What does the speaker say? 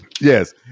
Yes